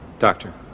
doctor